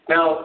Now